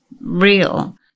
real